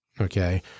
okay